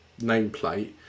nameplate